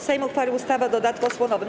Sejm uchwalił ustawę o dodatku osłonowym.